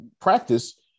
practice